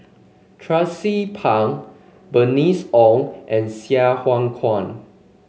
Tracie Pang Bernice Ong and Sai Hua Kuan